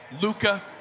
Luca